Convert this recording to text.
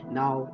now